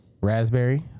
Raspberry